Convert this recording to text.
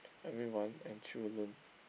everyone and chill alone